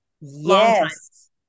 Yes